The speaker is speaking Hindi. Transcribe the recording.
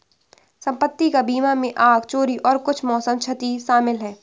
संपत्ति का बीमा में आग, चोरी और कुछ मौसम क्षति शामिल है